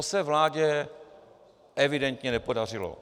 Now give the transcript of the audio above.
To se vládě evidentně nepodařilo.